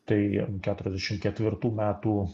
tai keturiasdešim ketvirtų metų